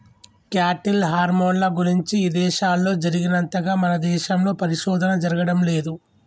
cattle హార్మోన్ల గురించి ఇదేశాల్లో జరిగినంతగా మన దేశంలో పరిశోధన జరగడం లేదు